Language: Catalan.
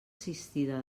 assistida